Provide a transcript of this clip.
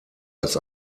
als